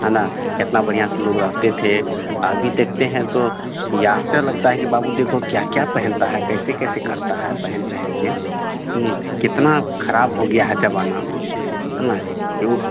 है न कितना बढ़िया से लोग रहते थे अभी देखते हैं तो यह आश्चर्य लगता है कि बाबू देखो क्या क्या पहनता है कैसे कैसे करता है पहन पहनकर कितना खराब हो गया है ज़माना है न एगो